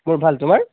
মোৰ ভাল তোমাৰ